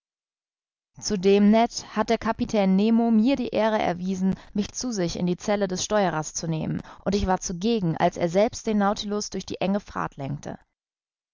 glauben zudem ned hat der kapitän nemo mir die ehre erwiesen mich zu sich in die zelle des steuerers zu nehmen und ich war zugegen als er selbst den nautilus durch die enge fahrt lenkte